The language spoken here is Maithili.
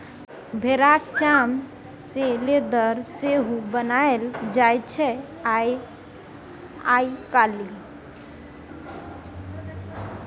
भेराक चाम सँ लेदर सेहो बनाएल जाइ छै आइ काल्हि